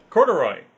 Corduroy